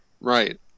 Right